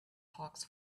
hawks